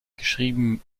geschrieben